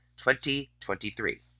2023